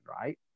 right